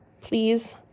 Please